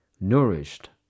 nourished